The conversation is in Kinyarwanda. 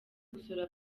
gusura